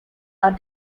are